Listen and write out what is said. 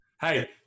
Hey